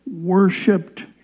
Worshipped